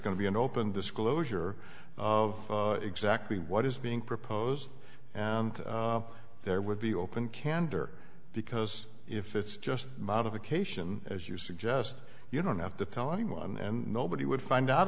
going to be an open disclosure of exactly what is being proposed and there would be open candor because if it's just modification as you suggest you don't have to tell anyone and nobody would find out